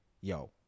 yo